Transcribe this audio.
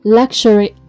luxury